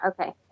okay